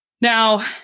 Now